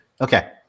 Okay